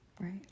right